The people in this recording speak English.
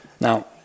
Now